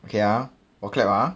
okay ah 我 clap ah